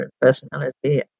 personality